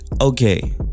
Okay